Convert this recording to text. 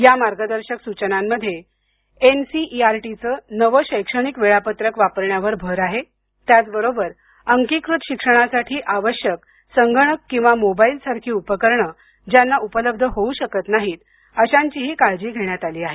या मार्गदर्शक सूचनांमध्ये एनसीईआरटीचं नवं शैक्षणिक वेळापत्रक वापरण्यावर भर आहे त्याचबरोबर अंकीकृत शिक्षणासाठी आवश्यक संगणक किंवा मोबाईलसारखी उपकरणं ज्यांना उपलब्ध होऊ शकत नाहीत अशांचीही काळजी घेण्यात आली आहे